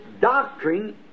doctrine